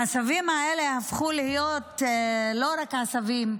העשבים האלה הפכו להיות לא רק עשבים,